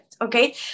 Okay